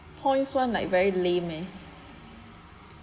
points one like very lame eh